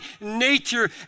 nature